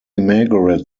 margaret